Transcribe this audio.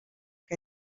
que